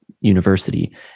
University